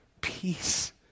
peace